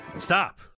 Stop